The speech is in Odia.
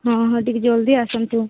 ହଁ ହଁ ଟିକେ ଜଲ୍ଦି ଆସନ୍ତୁ